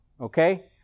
Okay